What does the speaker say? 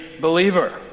believer